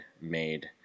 made